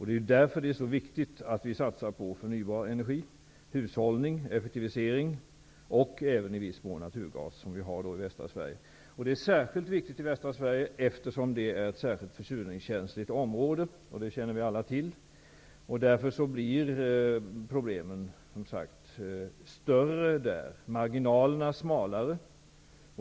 Det är därför viktigt att vi satsar på förnybar energi, hushållning, effektivisering och även i viss mån naturgas, som då finns i västra Sverige. Detta är synnerligen viktigt beträffande västra Sverige, eftersom det är ett särskilt försurningskänsligt område, vilket vi alla känner till. Problemen där är större och marginalen smalare.